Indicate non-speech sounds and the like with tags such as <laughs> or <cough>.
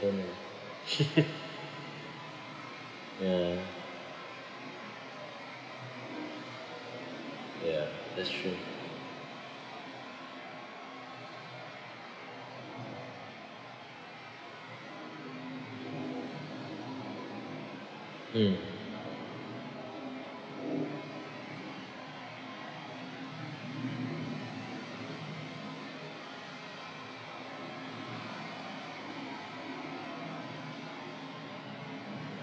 <laughs> ya ya that's true mm